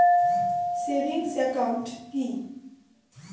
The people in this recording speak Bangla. সেভিংস একাউন্ট কি?